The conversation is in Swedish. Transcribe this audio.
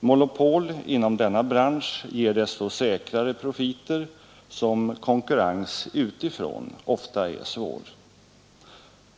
Monopol inom denna bransch ger desto säkrare profiter som konkurrensen utifrån ofta är svår.